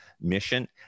mission